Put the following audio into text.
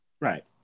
Right